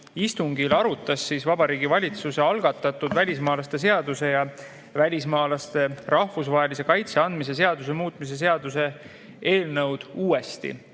istungil arutas Vabariigi Valitsuse algatatud välismaalaste seaduse ja välismaalasele rahvusvahelise kaitse andmise seaduse muutmise seaduse eelnõu uuesti.